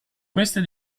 queste